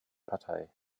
partei